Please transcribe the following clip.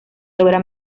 logra